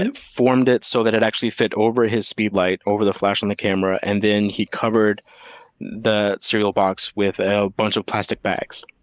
formed it so that it actually fit over his speed light, over the flash on the camera, and then he covered the cereal box with a bunch of plastic bags.